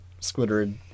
Squidward